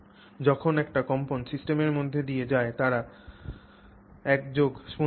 যখন একটি কম্পন সিস্টেমের মধ্য দিয়ে যায় তখন তারা একযোগে স্পন্দিত হয়